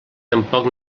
tampoc